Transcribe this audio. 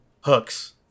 hooks